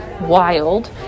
wild